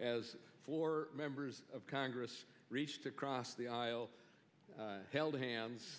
as four members of congress reached across the aisle held hands